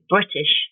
British